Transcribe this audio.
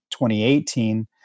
2018